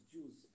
Jews